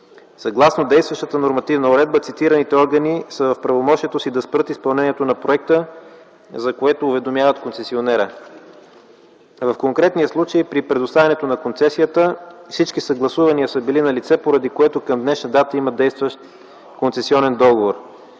Съгласно действащата нормативна уредба цитираните органи са в правомощията си да спрат изпълнението на проекта, за което уведомяват концесионера. В конкретния случай, при предоставянето на концесията всички съгласувания са били налице, поради което към днешна дата има действащ концесионен договор,